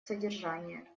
содержание